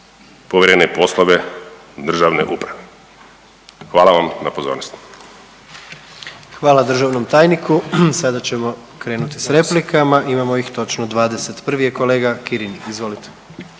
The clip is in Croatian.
povjerene poslove državne uprave. Hvala vam na pozornosti. **Jandroković, Gordan (HDZ)** Hvala državnom tajniku. Sada ćemo krenuti sa replikama. Imamo ih točno 20. Prvi je kolega Kirin, izvolite.